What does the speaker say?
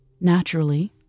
Naturally